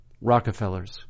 Rockefellers